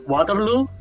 Waterloo